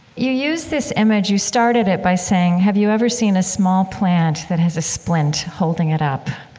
you use this image you started it by saying have you ever seen a small plant that has a splint holding it up?